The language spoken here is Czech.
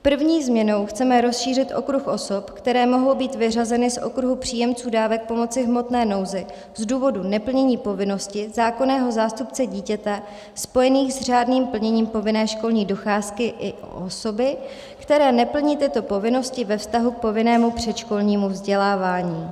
První změnou chceme rozšířit okruh osob, které mohou být vyřazeny z okruhu příjemců dávek pomoci v hmotné nouzi z důvodu neplnění povinností zákonného zástupce dítěte spojených s řádným plněním povinné školní docházky, i osoby, které neplní tyto povinnosti ve vztahu k povinnému předškolnímu vzdělávání.